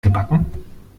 gebacken